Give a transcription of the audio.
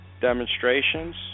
demonstrations